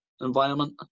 environment